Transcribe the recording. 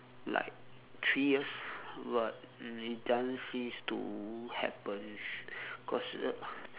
like three years but it doesn't seems to happen cause uh